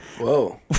whoa